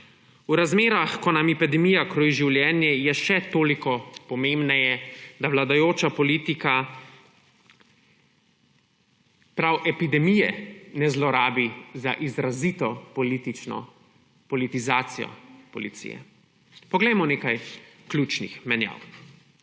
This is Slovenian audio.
V razmerah, ko nam epidemija kroji življenje, je še toliko pomembneje, da vladajoča politika prav epidemije ne zlorabi za izrazito politično politizacijo Policije. Poglejmo nekaj ključnih menjav.